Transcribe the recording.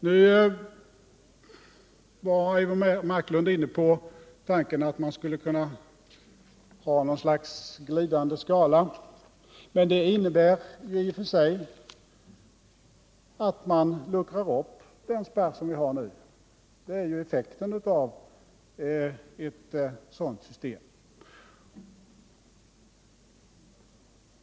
Nu var Eivor Marklund inne på tanken att man skulle kunna ha något slags glidande skala, men det innebär i och för sig att man luckrar upp den spärr som man nu har. Det blir ju effekten av ett sådant system.